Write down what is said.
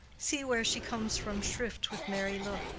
see where she comes from shrift with merry look.